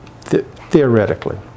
theoretically